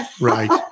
Right